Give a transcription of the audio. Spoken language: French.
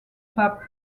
pape